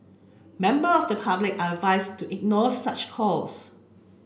member of the public are advised to ignore such calls